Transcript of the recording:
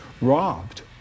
robbed